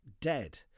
dead